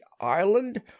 Island